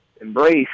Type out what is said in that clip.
Embrace